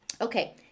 Okay